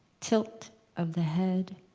tilt of the head,